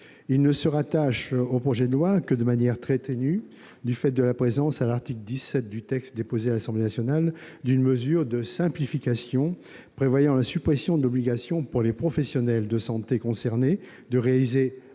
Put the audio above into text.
ne se rattache au projet de loi que de manière très ténue, du fait de la présence, à l'article 17 du texte déposé à l'Assemblée nationale, d'une mesure de simplification prévoyant la suppression de l'obligation pour les professionnels de santé concernés de réaliser,